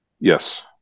Yes